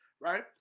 right